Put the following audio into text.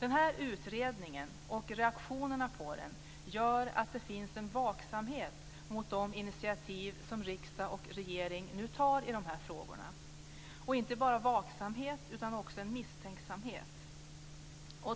Den här utredningen och reaktionerna på den gör att det finns en vaksamhet mot de initiativ som riksdag och regering nu tar i de här frågorna, men inte bara en vaksamhet utan också en misstänksamhet.